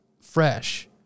fresh